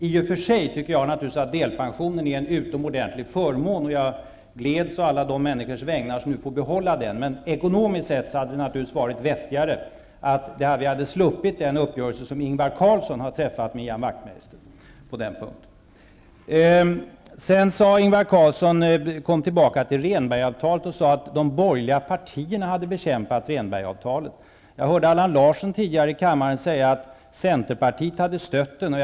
I och för sig tycker jag att delpensionen är en utomordentlig förmån, och jag gläds å alla de människors vägnar, som nu får behålla den, men från ekonomisk synpunkt hade det naturligtvis varit vettigare om vi hade sluppit den uppgörelse som Ingvar Carlsson träffade med Ian Wachtmeister på den punkten. Ingvar Carlsson sade att de borgerliga partierna hade bekämpat Rehnbergavtalet. Jag hörde Allan Larsson tidigare i kammaren säga att Centerpartiet hade stött Rehnbergavtalet.